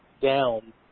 down